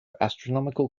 astronomical